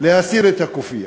להסיר את הכופיה.